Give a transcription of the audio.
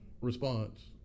response